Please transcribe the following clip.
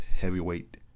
Heavyweight